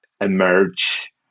emerge